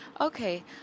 okay